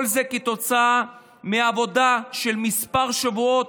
כל זה כתוצאה מעבודה של כמה שבועות,